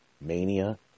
mania